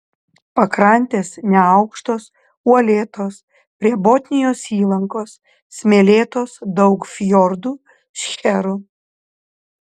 pakrantės neaukštos uolėtos prie botnijos įlankos smėlėtos daug fjordų šcherų